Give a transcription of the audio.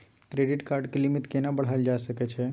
Credit card के limit केना बढायल जा सकै छै?